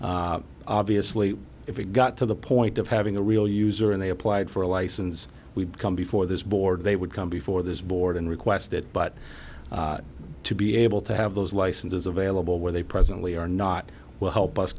users obviously if we got to the point of having a real user and they applied for a license we come before this board they would come before this board and request it but to be able to have those licenses available where they presently are not will help us